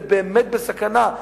זה באמת בסכנה.